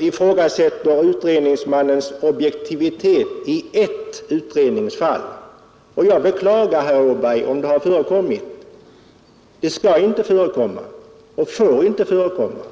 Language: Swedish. ifrågasätter utredningsmannens objektivitet i ett utredningsfall att jag beklagar om det har förekommit. Det skall inte förekomma och får inte förekomma.